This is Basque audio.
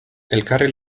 elkarri